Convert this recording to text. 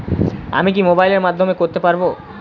আমি কি মোবাইলের মাধ্যমে করতে পারব?